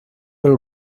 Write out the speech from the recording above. però